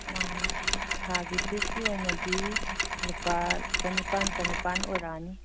ꯑꯣ ꯊꯥꯒꯤ ꯐꯤꯁꯀꯤ ꯑꯣꯏꯅꯗꯤ ꯂꯨꯄꯥ ꯆꯅꯤꯄꯥꯟ ꯆꯅꯤꯄꯥꯟ ꯑꯣꯏꯔꯛꯑꯅꯤ